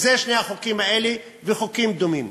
שני החוקים האלה, וחוקים דומים,